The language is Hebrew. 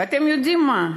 ואתם יודעים מה?